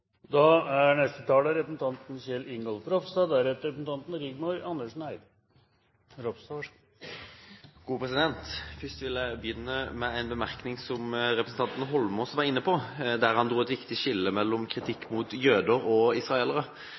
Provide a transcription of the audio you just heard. Da hadde man kanskje stemt for forslaget. Det er en tragedie at dette forslaget ikke blir vedtatt enstemmig i Stortinget i dag. Jeg vil begynne med en bemerkning til noe som representanten Holmås var inne på. Han dro et viktig skille mellom kritikk mot jøder og kritikk mot israelere.